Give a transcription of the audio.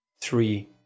three